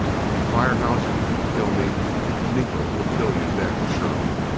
if you fire, haljan, and kill me miko will kill you then, surely.